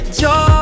joy